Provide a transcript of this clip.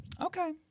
okay